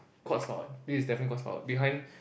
quartz powered this is definitely quartz powered behind